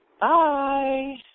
Bye